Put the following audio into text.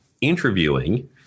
interviewing